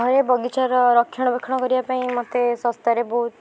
ଆମର ଏ ବଗିଚାର ରକ୍ଷଣାବେକ୍ଷଣ କରିବା ପାଇଁ ମୋତେ ଶସ୍ତାରେ ବହୁତ